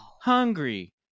hungry